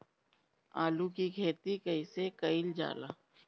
आलू की खेती कइसे कइल जाला?